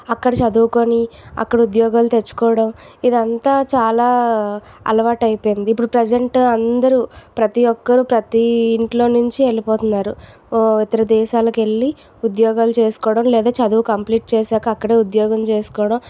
అక్కడ చదువుకోని అక్కడ ఉద్యోగాలు తెచ్చుకోవడం ఇది అంతా చాలా అలవాటు అయిపోయింది ఇపుడు ప్రజంట్ అందరూ ప్రతిఒక్కరు ప్రతి ఇంట్లో నుంచి వెళ్ళిపోతున్నారు ఇతరదేశాలకు వెళ్ళి ఉద్యోగాలు చేసుకోవడం లేదా చదువు కంప్లీట్ చేసాకా అక్కడే ఉద్యోగం చేసుకోవడం